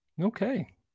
Okay